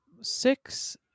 six